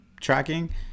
tracking